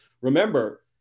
remember